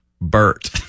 Bert